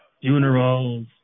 funerals